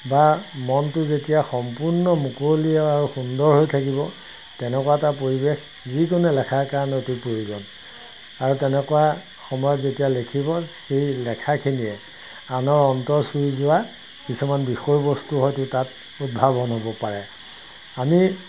বা মনটো যেতিয়া সম্পূৰ্ণ মুকলি আৰু সুন্দৰ হৈ থাকিব তেনেকুৱা এটা পৰিৱেশ যিকোনো লেখাৰ কাৰণে অতি প্ৰয়োজন আৰু তেনেকুৱা সময়ত যেতিয়া লিখিব সেই লেখাখিনিয়ে আনৰ অন্তৰ চুই যোৱা কিছুমান বিষয়বস্তু হয়তো তাত উদ্ভাৱন হ'ব পাৰে আমি